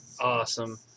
awesome